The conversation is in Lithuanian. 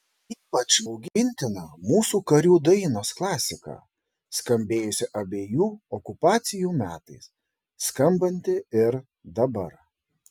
ypač baugintina mūsų karių dainos klasika skambėjusi abiejų okupacijų metais skambanti ir dabar